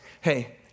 hey